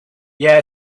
yeah